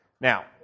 Now